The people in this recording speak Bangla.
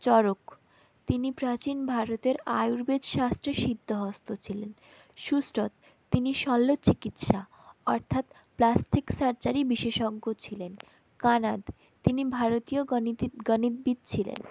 চরক তিনি প্রাচীন ভারতের আয়ুর্বেদ শাস্ত্রে সিদ্ধহস্ত ছিলেন সুশ্রুত তিনি শল্য চিকিৎসা অর্থাৎ প্লাস্টিক সার্জারি বিশেষজ্ঞ ছিলেন কণাদ তিনি ভারতীয় গণিতিক গণিতবিদ ছিলেন